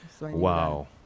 Wow